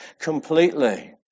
completely